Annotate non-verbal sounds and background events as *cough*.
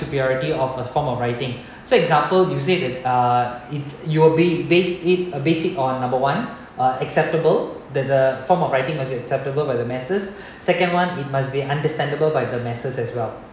superiority of a form of writing *breath* so example you said that uh it you'll be based it uh based it on number one uh acceptable the the form of writing was acceptable by the masses second one it must be understandable by the masses as well